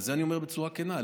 ואת זה אני אומר בצורה כנה,